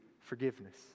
forgiveness